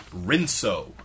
Rinso